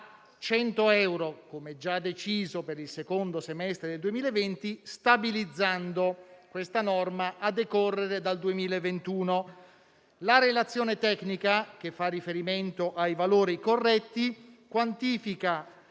100 euro, come già deciso per il secondo semestre del 2020, stabilizzando questa norma a decorrere dal 2021. La relazione tecnica, che fa riferimento ai valori corretti, quantifica